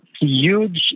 huge